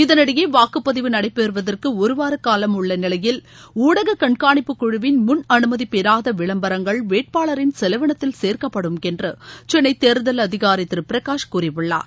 இதனிடயே வாக்குப்பதிவு நடைபெறுவதற்கு ஒருவார ஊலம் உள்ள நிலையில் ஊடக கண்ணனிப்புக் குழுவின் முள்அனுமதி பெறாத விளம்பரங்கள் வேட்பாளரின் செலவினத்தில் சேர்க்கப்படும் என்று சென்னை தேர்தல் அதிகரி திரு பிரகாஷ் கூறியுள்ளார்